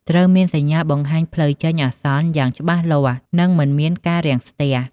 ត្រូវមានសញ្ញាបង្ហាញផ្លូវចេញនៅពេលមានអាសន្នយ៉ាងច្បាស់លាស់ និងមិនមានការរាំងស្ទះ។